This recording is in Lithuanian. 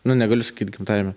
nu negaliu sakyt gimtajame